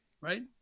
right